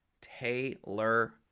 taylor